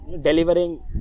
delivering